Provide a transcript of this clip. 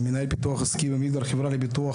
אני מנהל פיתוח עסקי במגדל חברה לביטוח